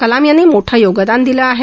कलाम यांनी मोठं योगदान दिलं आहे